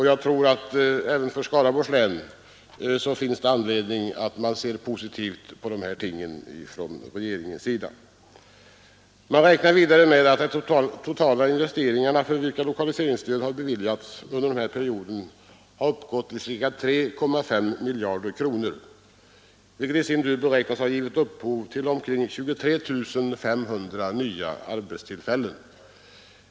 Jag tror att det även för Skaraborgs län finns anledning att se positivt på vad regeringen kan föreslå i detta avseende. Man räknar vidare med att de totala investeringarna, för vilka lokaliseringsstöd beviljats under denna period, uppgår till ca 3,5 miljarder kronor, vilket i sin tur beräknas ha givit upphov till omkring 23 500 nya arbetstillfällen.